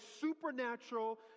supernatural